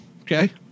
Okay